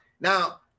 now